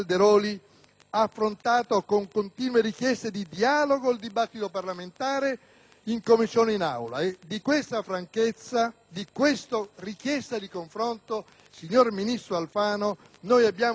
in Commissione e in Aula. Di questa franchezza, di questa richiesta di confronto, signor ministro Alfano, noi abbiamo bisogno anche adesso sul tema della giustizia e le chiediamo di aprirsi al dialogo,